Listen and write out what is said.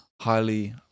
highly